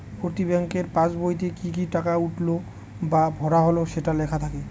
প্রতি ব্যাঙ্কের পাসবইতে কি কি টাকা উঠলো বা ভরা হল সেটা লেখা থাকে